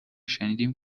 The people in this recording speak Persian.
شنیدیم